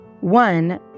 One